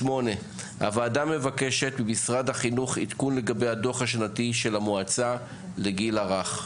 הוועדה מבקשת ממשרד החינוך עדכון לגבי הדוח השנתי של המועצה לגיל הרך.